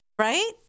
Right